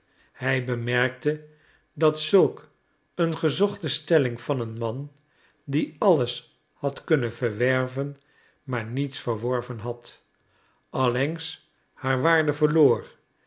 hij bemerkte dat zulk een gezochte stelling van een man die alles had kunnen verwerven maar niets verworven had allengs haar waarde verloor